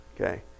okay